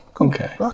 Okay